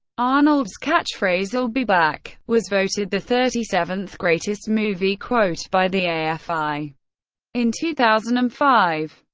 arnold's catch phrase i'll be back was voted the thirty seventh greatest movie quote by the afi. in two thousand and five,